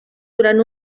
durant